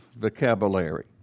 vocabulary